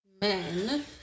men